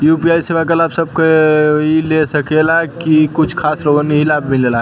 UPI सेवा क लाभ सब कोई ले सकेला की कुछ खास लोगन के ई लाभ मिलेला?